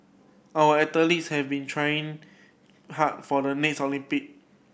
our athletes have been training hard for the next Olympic